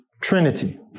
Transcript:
Trinity